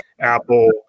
Apple